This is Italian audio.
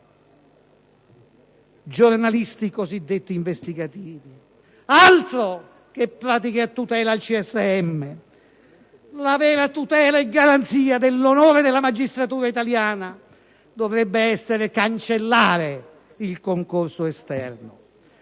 giornalisti cosiddetti investigativi. Altro che pratiche a tutela al CSM: la vera tutela e garanzia della magistratura italiana dovrebbe essere cancellare il concorso esterno!